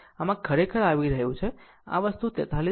આમ તે ખરેખર આવી રહ્યું છે આ વસ્તુ 43